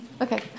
Okay